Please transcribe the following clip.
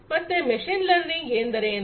ಮತ್ತೆ machine learning ಎಂದರೇನು